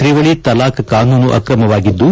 ತಿವಳಿ ತಲಾಖ್ ಕಾನೂನು ಅಕ್ರಮವಾಗಿದ್ದು